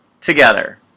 together